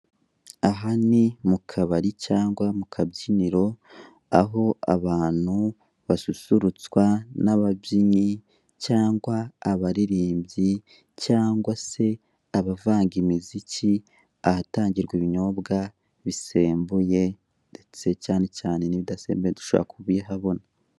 Aha ni mu kabari cyangwa mu kabyiniro aho abantu basusurutswa n'ababyinnyi cyangwa abaririmbyi, cyangwa se abavanga imiziki, ahatangirwa ibinyobwa bisembuye ndetse cyane cyane n'ibidasembuye dushobora kubihabona.